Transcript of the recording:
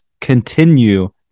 continue